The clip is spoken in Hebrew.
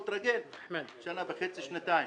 הוא התרגל לכך שנה וחצי-שנתיים.